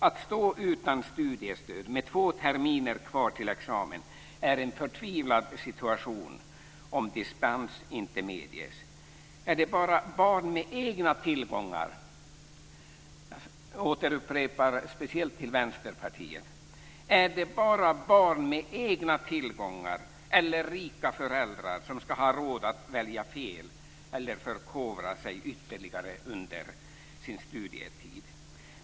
Att stå utan studiestöd med två terminer kvar till examen är en förtvivlad situation om dispens inte medges. Är det bara barn med egna tillgångar - jag vill återupprepa det speciellt för Vänsterpartiet - eller rika föräldrar som ska ha råd att välja fel eller att förkovra sig ytterligare under sin studietid?